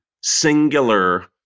singular